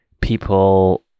people